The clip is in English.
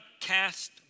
cast